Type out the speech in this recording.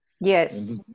Yes